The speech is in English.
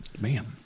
Man